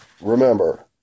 Remember